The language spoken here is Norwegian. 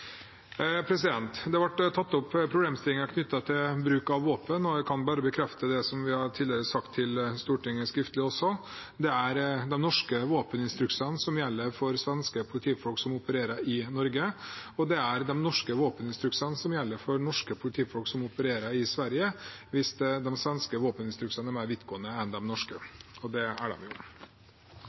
Det ble tatt opp problemstillinger knyttet til bruk av våpen, og jeg kan bare bekrefte det vi tidligere har sagt til Stortinget skriftlig også: Det er de norske våpeninstruksene som gjelder for svenske politifolk som opererer i Norge, og det er de norske våpeninstruksene som gjelder for norske politifolk som opererer i Sverige hvis de svenske våpeninstruksene er mer vidtgående enn de norske, og det er de jo.